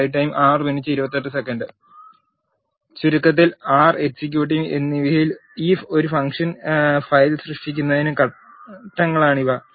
ചുരുക്കത്തിൽ R executing എന്നിവയിൽ ഒരു ഫംഗ്ഷൻ ഫയൽ സൃഷ്ടിക്കുന്നതിനുള്ള ഘട്ടങ്ങളാണിവ